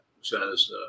says